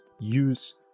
use